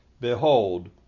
behold